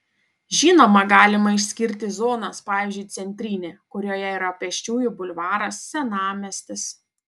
žinoma galima išskirti zonas pavyzdžiui centrinė kurioje yra pėsčiųjų bulvaras senamiestis